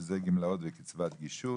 שזה גמלאות וקצבת גישור,